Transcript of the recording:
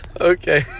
Okay